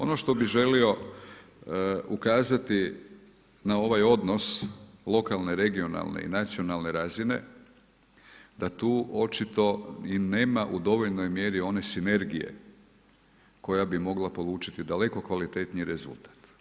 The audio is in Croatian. Ono što bih želio ukazati na ovaj odnos lokalne, regionalne i nacionalne razine da tu očito i nema u dovoljnoj mjeri one sinergije koja bi mogla polučiti daleko kvalitetniji rezultat.